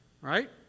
right